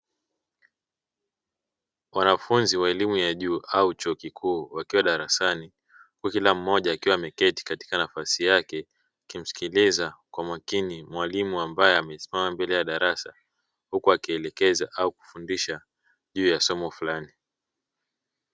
Wanafunzi wa elimu ya juu au chuo kikuu wakiwa darasani kwa kila mmoja akiwa ameketi katika nafasi yake akimsikiliza kwa makini mwalimu ambaye amesimama mbele ya darasa, huku akielekeza au kufundisha juu ya somo fulani.